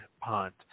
pond